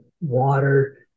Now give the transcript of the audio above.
water